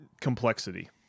complexity